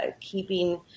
keeping